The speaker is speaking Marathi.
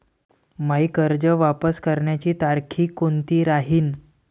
मायी कर्ज वापस करण्याची तारखी कोनती राहीन?